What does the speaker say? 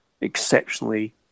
exceptionally